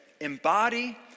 embody